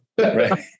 Right